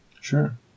Sure